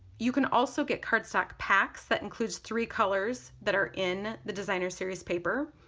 you can also get cardstock packs that includes three colors that are in the designer series paper.